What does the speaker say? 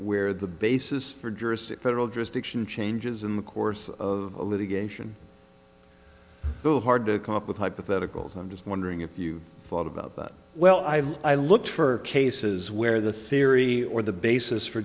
where the basis for juristic federal jurisdiction changes in the course of litigation so hard to come up with hypotheticals i'm just wondering if you thought about that well i looked for cases where the theory or the basis for